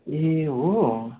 ए हो